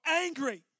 angry